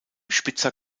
spitzer